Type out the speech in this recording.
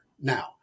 Now